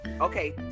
Okay